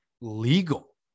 legal